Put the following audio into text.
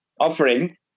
offering